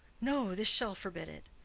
no! this shall forbid it.